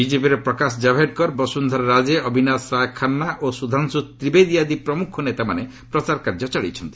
ବିଜେପିର ପ୍ରକାଶ ଜାଭ୍ଡେକର ବସୁନ୍ଧରା ରାଜେ ଅବିନାଶ୍ ରାୟ ଖାନ୍ନା ଓ ସୁଧାଂଶୁ ତ୍ରିବେଦୀ ଆଦି ପ୍ରମୁଖ ନେତାମାନେ ପ୍ରଚାର କାର୍ଯ୍ୟ ଚଳାଇଛନ୍ତି